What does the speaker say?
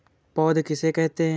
पौध किसे कहते हैं?